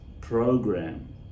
program